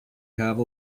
have